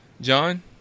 John